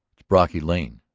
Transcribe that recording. it's brocky lane,